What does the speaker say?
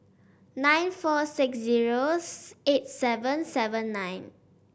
nine four six zero eight seven seven nine